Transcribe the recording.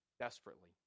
Desperately